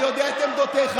אני יודע את עמדותיך.